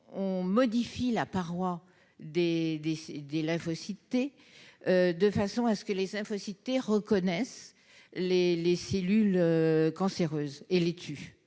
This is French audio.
à modifier la paroi des lymphocytes T, de façon à ce que ceux-ci reconnaissent les cellules cancéreuses et les tuent.